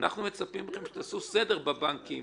אנחנו מצפים מכם שתעשו סדר בבנקים,